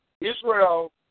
Israel